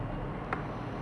tak ada orang nak kacau